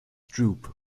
droop